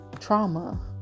trauma